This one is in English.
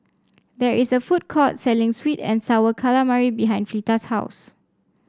there is a food court selling sweet and sour calamari behind Fleeta's house